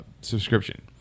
subscription